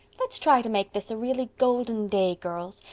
let's try to make this a really golden day, girls,